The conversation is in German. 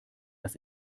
das